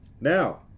now